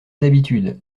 d’habitude